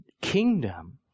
kingdom